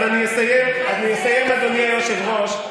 אז אני אסיים, אדוני היושב-ראש.